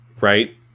right